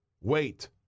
Wait